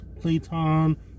platon